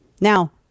now